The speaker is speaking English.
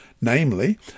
namely